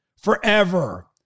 forever